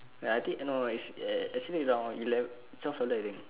ya I think no no no is err actually around eleven twelve dollar I think